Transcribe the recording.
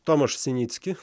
tomas sinicki